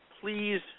please